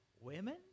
women